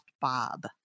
Bob